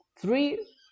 three